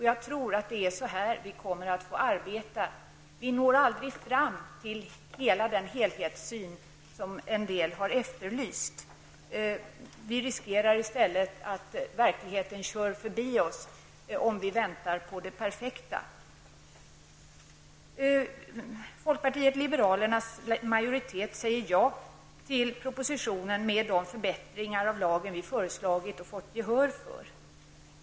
Jag tror att det är på det sättet som vi kommer att få arbeta. Vi når aldrig fram till den helhetssyn som en del har efterlyst. Vi riskerar i stället att verkligheten kör förbi oss om vi väntar på det perpekta. Folkpartiet liberalernas majoritet säger ja till propositionen med de förbättringar av lagen som vi har föreslagit och fått gehör för.